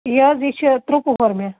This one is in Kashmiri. یہِ حظ یہِ چھِ ترٛوٚ پُہُر مےٚ